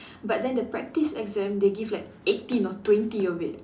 but then the practice exam they give like eighteen or twenty of it